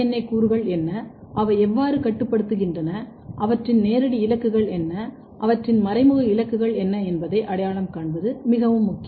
ஏ கூறுகள் என்ன அவை எவ்வாறு கட்டுப்படுத்துகின்றன அவற்றின் நேரடி இலக்குகள் என்ன அவற்றின் மறைமுக இலக்குகள் என்ன என்பதை அடையாளம் காண்பது மிகவும் முக்கியம்